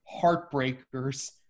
heartbreakers